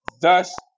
Thus